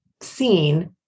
seen